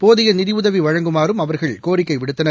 போதியநிதிஉதவிவழங்குமாறும் அவர்கள் கோரிக்கைவிடுத்தனர்